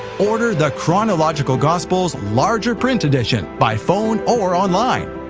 order the chronological gospels larger print edition by phone or online.